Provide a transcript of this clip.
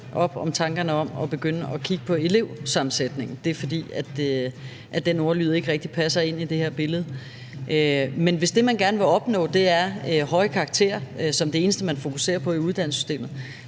op om tankerne om at begynde at kigge på elevsammensætningen: Det er, fordi den ordlyd ikke rigtig passer ind i det her billede. Men hvis det, man gerne vil opnå, er høje karakterer – som det eneste, man fokuserer på i uddannelsessystemet